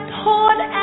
poured